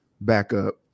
backup